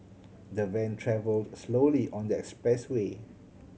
the van travelled slowly on the expressway